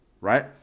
right